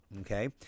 okay